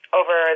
over